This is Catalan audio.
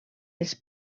els